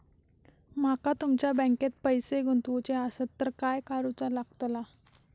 माका तुमच्या बँकेत पैसे गुंतवूचे आसत तर काय कारुचा लगतला?